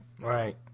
Right